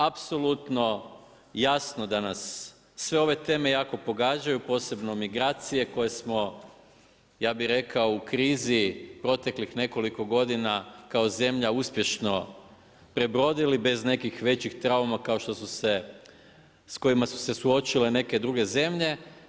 Apsolutno jasno da nas sve ove teme jako pogađaju posebno migracije koje smo ja bih rekao u krizi proteklih nekoliko godina kao zemlja uspješno prebrodili bez nekih većih trauma kao što su se, sa kojima su se suočile neke druge zemlje.